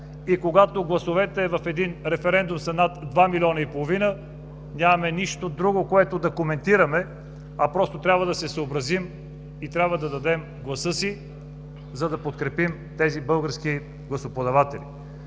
и когато гласовете в един референдум са над 2,5 милиона, нямаме нищо друго, което да коментираме, а просто трябва да се съобразим и да дадем гласа си, за да подкрепим тези български гласоподаватели.